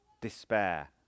despair